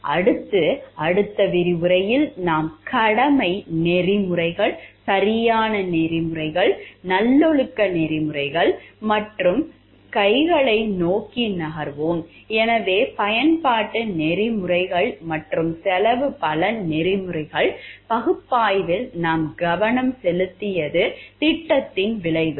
அடுத்து அடுத்த விரிவுரையில் நாம் கடமை நெறிமுறைகள் சரியான நெறிமுறைகள் நல்லொழுக்க நெறிமுறைகள் மற்றும் கைகளை நோக்கி நகர்வோம் எனவே பயன்பாட்டு நெறிமுறைகள் மற்றும் செலவு பலன் நெறிமுறைகள் பகுப்பாய்வில் நாம் கவனம் செலுத்தியது திட்டத்தின் விளைவுதான்